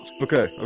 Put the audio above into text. Okay